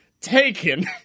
taken